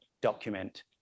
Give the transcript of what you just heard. document